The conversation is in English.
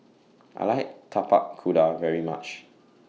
I like Tapak Kuda very much